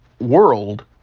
world